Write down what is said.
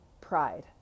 pride